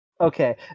okay